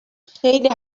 خیلی